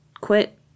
quit